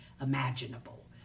imaginable